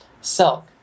silk